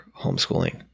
homeschooling